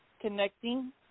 connecting